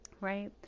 right